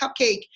cupcake